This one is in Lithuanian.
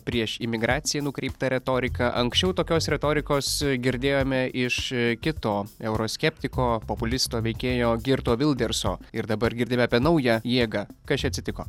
prieš imigraciją nukreipta retorika anksčiau tokios retorikos girdėjome iš kito euroskeptiko populisto veikėjo gyrto vilderso ir dabar girdime apie naują jėgą kas čia atsitiko